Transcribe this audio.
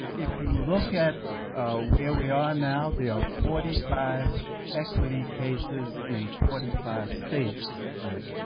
if you look at where we are now there are forty five equity cases in forty five states, right,